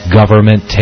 Government